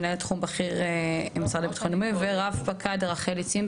מנהל תחום בכיר במשרד לביטחון לאומי ורחלי צימבר,